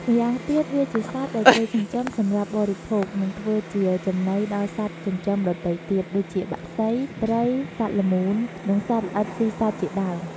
ម្យ៉ាងទៀត វាជាសត្វដែលគេចិញ្ចឹមសម្រាប់បរិភោគ និងធ្វើជាចំណីដល់សត្វចិញ្ចឹមដទៃទៀត ដូចជា បក្សី ត្រី សត្វល្មូន និងសត្វល្អិតស៊ីសាច់ជាដើម។